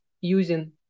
using